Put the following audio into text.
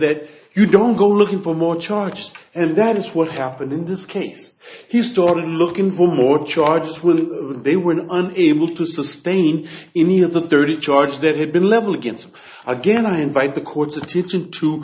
that you don't go looking for more charges and that is what happened in this case he started looking for more charges when they were unable to sustain any of the thirty charges that have been leveled against him again i invite the court's